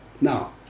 Now